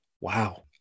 wow